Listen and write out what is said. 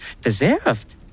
Deserved